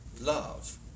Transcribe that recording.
Love